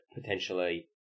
potentially